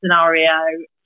scenario